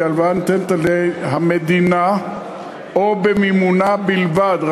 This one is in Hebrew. הלוואה הניתנת על-ידי המדינה או במימונה בלבד,